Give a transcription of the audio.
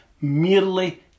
merely